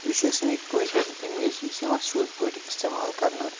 یُس یہِ سٲنۍ کٲشٕر لٮ۪نٛگویج چھِ یہِ چھِ یِوان سیوٚد پٲٹھۍ اِستعمال کَرنہٕ